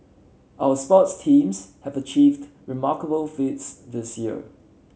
our sports teams have achieved remarkable feats this year